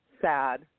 Sad